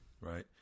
right